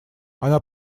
она